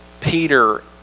peter